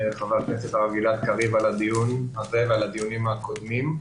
חבר הכנסת גלעד קריב על הדיון הזה ועל הדיונים הקודמים.